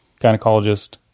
gynecologist